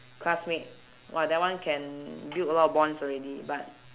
classmate !wah! that one can build a lot of bonds already but